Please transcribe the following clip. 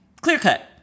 Clear-cut